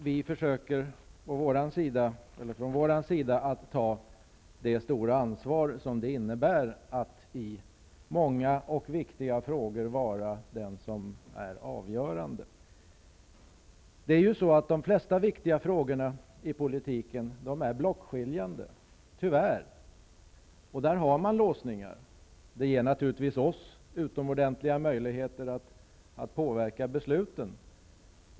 Vi försöker att ta det stora ansvar som det innebär när man i många och viktiga frågor är den som fäller avgörandet. Det flesta viktiga frågor är tyvärr blockskiljande, och det innebär låsningar. Det ger oss naturligtvis utomordentliga möjligheter att påverka besluten.